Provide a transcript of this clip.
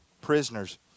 prisoners